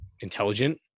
intelligent